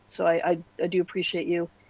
so, i ah do appreciate you.